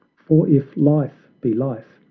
for if life be life,